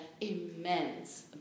immense